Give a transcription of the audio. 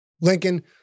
Lincoln